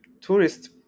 tourists